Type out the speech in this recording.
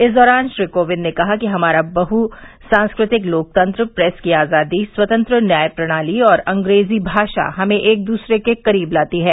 इस दौरान श्री कोविंद ने कहा कि हमारा बहु सांस्कृतिक लोकतंत्र प्रेस की आजादी स्वतंत्र न्यायप्रणाली और अंग्रेजी भाषा हमें एक दूसरे के करीब लाती है